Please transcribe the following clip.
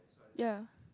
ye